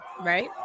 right